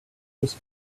this